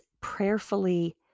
prayerfully